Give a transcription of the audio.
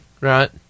right